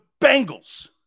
Bengals